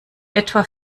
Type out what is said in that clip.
etwa